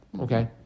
okay